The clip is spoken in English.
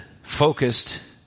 focused